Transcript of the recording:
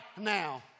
now